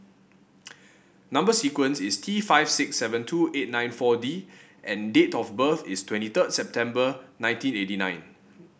number sequence is T five six seven two eight nine four D and date of birth is twenty third September nineteen eighty nine